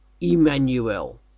Emmanuel